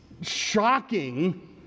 shocking